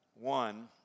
One